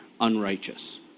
unrighteous